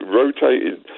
rotated